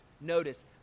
Notice